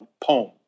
poem